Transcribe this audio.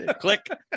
Click